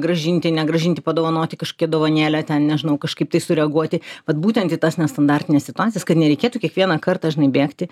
grąžinti negrąžinti padovanoti kažkokią dovanėlę ten nežinau kažkaip tai sureaguoti vat būtent į tas nestandartines situacijas kad nereikėtų kiekvieną kartą žinai bėgti